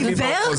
עיוור?